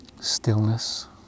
stillness